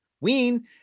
Ween